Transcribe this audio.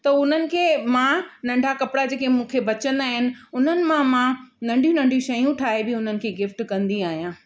त उन्हनि खे मां नंढा कपिड़ा जेके मूंखे बचंदा आहिनि उन्हनि मां मां नंढी नंढी शयूं ठाहे बि उन्हनि खे गिफ्ट कंदी आहियां